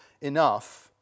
enough